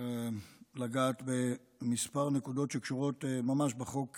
לגעת בכמה נקודות שקשורות ממש בחוק